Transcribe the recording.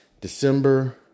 December